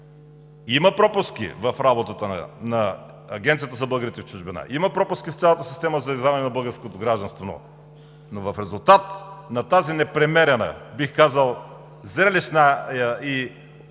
Има пропуски в работата на Агенцията за българите в чужбина, има пропуски в цялата система за издаване на българско гражданство, но в резултат на тази непремерена, бих казал зрелищна, с друга